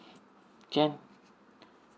can